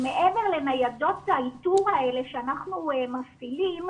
שמעבר לניידות האיתור האלה שאנחנו מפעילים,